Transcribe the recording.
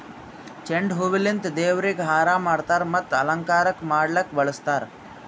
ಚೆಂಡು ಹೂವಿಲಿಂತ್ ದೇವ್ರಿಗ್ ಹಾರಾ ಮಾಡ್ತರ್ ಮತ್ತ್ ಅಲಂಕಾರಕ್ಕ್ ಮಾಡಕ್ಕ್ ಬಳಸ್ತಾರ್